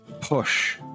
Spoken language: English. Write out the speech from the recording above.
push